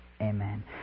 Amen